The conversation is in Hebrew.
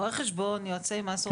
רואי חשבון, יועצי מס.